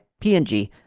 PNG